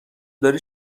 داری